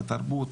בתרבות,